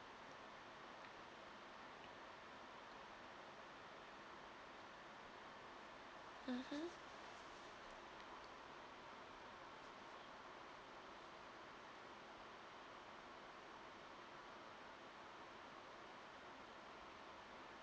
mmhmm